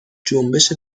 جنبش